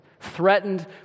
threatened